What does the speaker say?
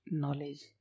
knowledge